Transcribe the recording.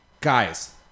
guys